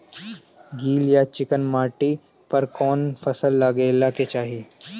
गील या चिकन माटी पर कउन फसल लगावे के चाही?